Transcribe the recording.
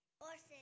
Horses